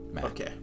Okay